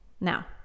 now